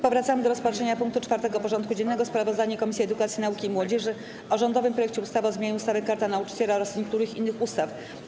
Powracamy do rozpatrzenia punktu 4. porządku dziennego: Sprawozdanie Komisji Edukacji, Nauki i Młodzieży o rządowym projekcie ustawy o zmianie ustawy - Karta Nauczyciela oraz niektórych innych ustaw.